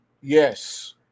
yes